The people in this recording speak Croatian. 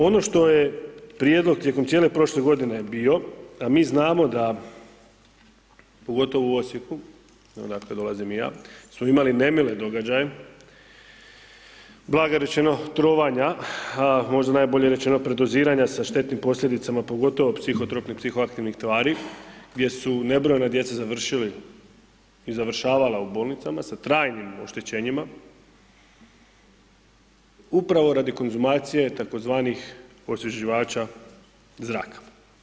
Ono što je prijedlog tijekom cijele prošle godine bio, a mi znamo da, pogotovo u Osijeku, odakle dolazim i ja smo imali nemile događaje, blago rečeno trovanja, možda najbolje rečeno predoziranja sa štetnim posljedicama, pogotovo psihotropnih i psihoaktivnih tvari gdje su nebrojena djeca završili i završavala u bolnicama, sa trajnim oštećenjima, upravo radi konzumacije tzv. osvježivača zraka.